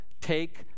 Take